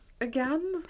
again